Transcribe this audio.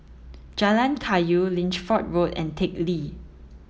Jalan Kayu Lichfield Road and Teck Lee